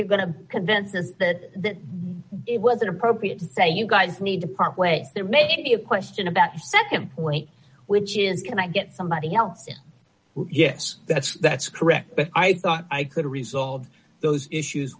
you're going to convince us that it wasn't appropriate to say you guys need to part ways there may be a question about your nd point which is can i get somebody else in yes that's that's correct but i thought i could resolve those issues